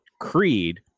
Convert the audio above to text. Creed